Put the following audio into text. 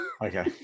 Okay